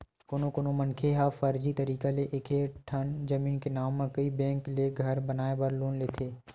कोनो कोनो मनखे ह फरजी तरीका ले एके ठन जमीन के नांव म कइ बेंक ले घर बनाए बर लोन लेथे